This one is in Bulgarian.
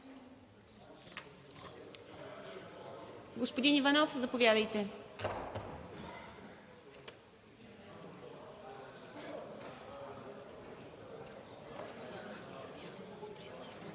Господин Иванов, заповядайте.